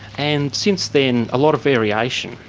and since then a lot of variation,